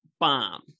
bomb